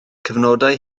cyfnodau